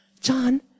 John